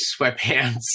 sweatpants